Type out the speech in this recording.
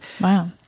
Wow